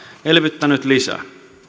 elvyttänyt lisää